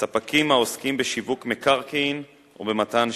ספקים העוסקים בשיווק מקרקעין ובמתן שירותים.